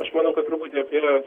aš manau kad truputį apie